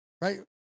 right